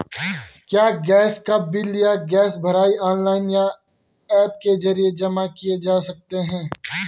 क्या गैस का बिल या गैस भराई ऑनलाइन या ऐप के जरिये जमा किये जा सकते हैं?